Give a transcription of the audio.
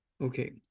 okay